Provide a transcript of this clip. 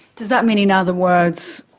does that mean, in other words,